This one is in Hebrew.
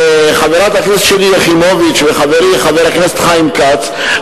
חברת הכנסת שלי יחימוביץ וחברי חבר הכנסת חיים כץ,